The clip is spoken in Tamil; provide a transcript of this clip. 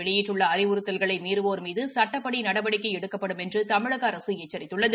வெளியிட்டுள்ள அறிவுறுத்தல்களை மீறுவோா் மீது சட்டப்படி நடவடிக்கை எடுக்கப்படும் என்று தமிழக அரசு எச்சரித்துள்ளது